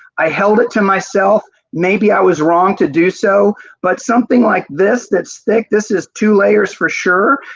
i held it to myself and maybe i was wrong to do so but something like this that is thick, this is two layers for sure.